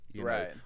right